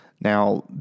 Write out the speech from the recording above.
Now